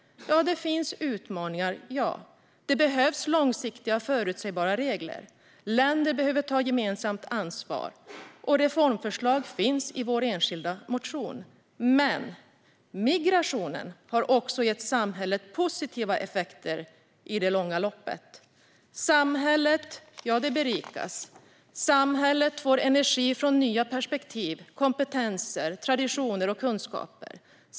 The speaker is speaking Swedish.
Det finns utmaningar - ja. Det behövs långsiktiga förutsägbara regler. Länder behöver ta gemensamt ansvar. Och reformförslag finns i vår enskilda motion. Men migrationen har också gett samhället positiva effekter i det långa loppet. Samhället berikas. Samhället får energi från nya perspektiv, kompetenser, traditioner och kunskaper.